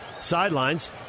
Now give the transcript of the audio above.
sidelines